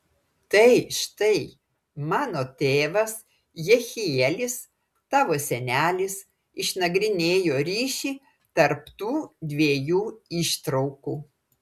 tai štai mano tėvas jehielis tavo senelis išnagrinėjo ryšį tarp tų dviejų ištraukų